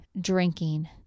drinking